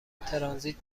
ترانزیت